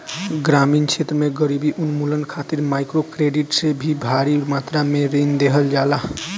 ग्रामीण क्षेत्र में गरीबी उन्मूलन खातिर माइक्रोक्रेडिट से भारी मात्रा में ऋण देहल जाला